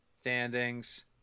Standings